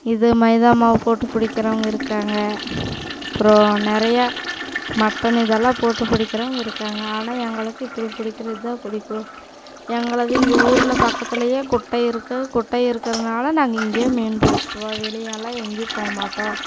இது மைதா மாவு போட்டு பிடிக்கிறவங்க இருக்காங்கள் அப்பறம் நிறையா மட்டன் இதெல்லாம் போட்டு பிடிக்கிறவங்க இருக்காங்கள் ஆனால் எங்களுக்கு இப்படி பிடிக்கிறது தான் பிடிக்கும் எங்களது இங்கே ஊர்ல பக்கத்திலையே குட்டை இருக்குது குட்டை இருக்கிறனால நாங்கள் இங்கேயே மீன் பிடிச்சிக்குவோம் வெளியேலாம் எங்கேயும் போக மாட்டோம்